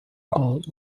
art